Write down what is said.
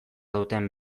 duten